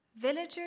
Villagers